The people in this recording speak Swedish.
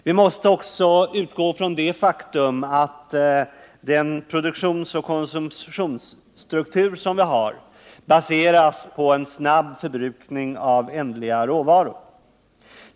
Vi måste också utgå från det faktum att den produktionsoch konsumtionsstruktur som vi har baseras på en snabb förbrukning av ändliga råvaror.